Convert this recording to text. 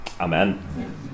Amen